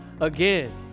again